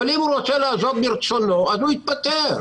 אבל אם הוא עוזב מרצונו הוא צריך להתפטר,